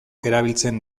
erabiltzen